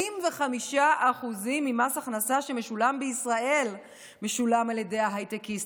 25% ממס הכנסה שמשולם בישראל משולם על ידי ההייטקיסטים.